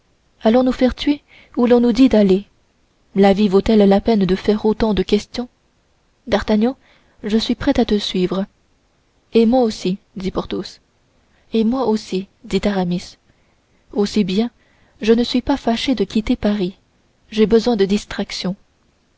allons nous faire tuer où l'on nous dit d'aller la vie vaut-elle la peine de faire autant de questions d'artagnan je suis prêt à te suivre et moi aussi dit porthos et moi aussi dit aramis aussi bien je ne suis pas fâché de quitter paris j'ai besoin de distractions